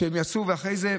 ואחרי זה,